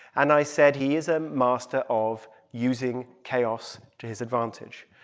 and i said he is a master of using chaos to his advantage.